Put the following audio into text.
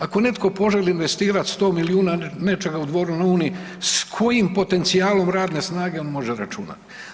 Ako netko poželi investirati 100 milijuna nečega u Dvoru na Uni s kojim potencijalom radne snage on može računati?